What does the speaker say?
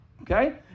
Okay